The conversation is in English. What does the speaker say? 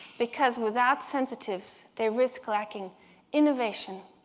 because without sensitives they risk lacking innovation,